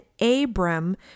Abram